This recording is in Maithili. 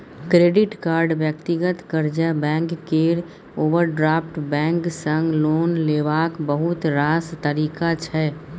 क्रेडिट कार्ड, व्यक्तिगत कर्जा, बैंक केर ओवरड्राफ्ट बैंक सँ लोन लेबाक बहुत रास तरीका छै